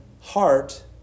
heart